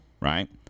right